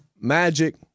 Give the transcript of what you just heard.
Magic